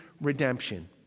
redemption